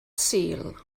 sul